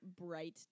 bright